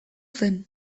zen